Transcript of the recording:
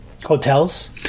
Hotels